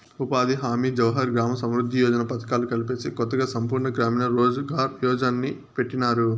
ఉపాధి హామీ జవహర్ గ్రామ సమృద్ది యోజన పథకాలు కలిపేసి కొత్తగా సంపూర్ణ గ్రామీణ రోజ్ ఘార్ యోజన్ని పెట్టినారు